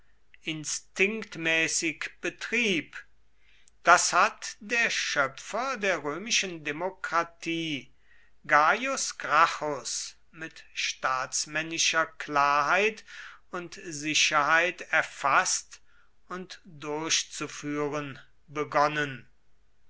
instinktmäßig betrieb das hat der schöpfer der römischen demokratie gaius gracchus mit staatsmännischer klarheit und sicherheit erfaßt und durchzuführen begonnen